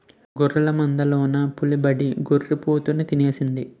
గొర్రెల మందలోన పులిబడి గొర్రి పోతుని తినేసింది